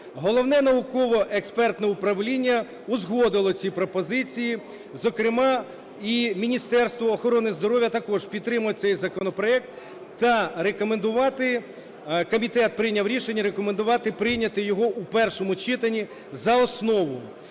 Головне науково-експертне управління узгодило ці пропозиції, зокрема і Міністерство охорони здоров'я також підтримує цей законопроект, та рекомендувати… Комітет прийняв рішення рекомендувати прийняти його у першому читанні за основу.